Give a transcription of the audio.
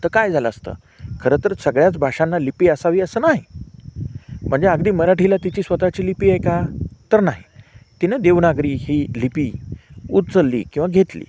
तर काय झालं असतं खरंतर सगळ्याच भाषांना लिपी असावी असं नाही म्हणजे अगदी मराठीला तिची स्वतःची लिपी आहे का तर नाही तिनं देवनागरी ही लिपी उचलली किंवा घेतली